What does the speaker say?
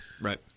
Right